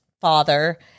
father